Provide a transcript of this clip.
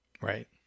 Right